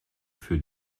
für